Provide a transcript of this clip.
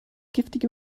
giftige